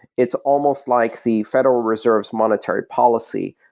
it's almost like the federal reserve's monetary policy.